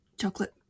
Chocolate